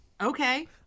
Okay